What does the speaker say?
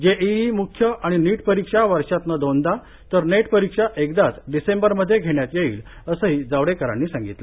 JEE म्ख्य आणि NEET परीक्षा वर्षातनं दोनदा तर नेट परीक्षा एकदाच डिसेंबरमध्ये घेण्यात येईल असंही जावडेकरांनी सांगितलं